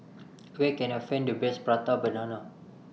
Where Can I Find The Best Prata Banana